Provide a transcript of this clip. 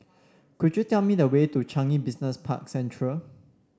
could you tell me the way to Changi Business Park Central